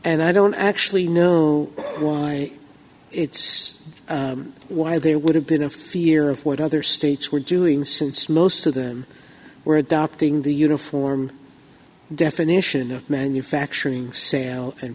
and i don't actually know why it's why there would have been a fear of what other states were doing since most of them were adopting the uniform definition of manufacturing sale